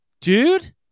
dude